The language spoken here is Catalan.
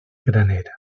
graner